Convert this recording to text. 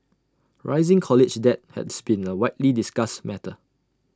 rising college debt has been A widely discussed matter